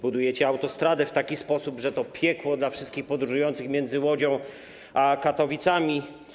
Budujecie autostradę w taki sposób, że jest to piekło dla wszystkich podróżujących między Łodzią a Katowicami.